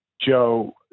Joe